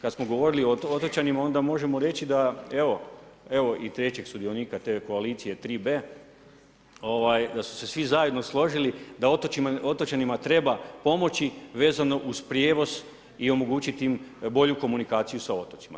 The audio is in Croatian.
Kada smo govorili o otočanima onda možemo reći, evo i trećeg sudionika te koalicije 3B, da su se svi zajedno složili da otočanima treba pomoći vezano uz prijevoz i omogućiti im bolju komunikaciju sa otocima.